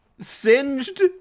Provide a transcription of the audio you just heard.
Singed